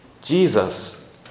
Jesus